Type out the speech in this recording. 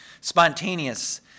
spontaneous